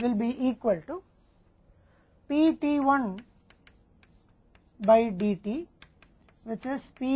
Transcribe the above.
तो इससे t 1 s है बाय P माइनस D